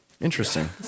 Interesting